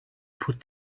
put